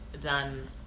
done